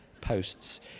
posts